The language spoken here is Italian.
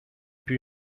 più